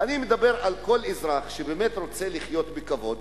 אני מדבר על כל אזרח שבאמת רוצה לחיות בכבוד,